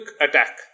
attack